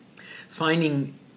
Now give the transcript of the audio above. finding